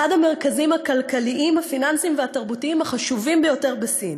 אחד המרכזים הכלכליים הפיננסיים והתרבותיים החשובים ביותר בסין,